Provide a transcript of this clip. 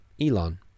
Elon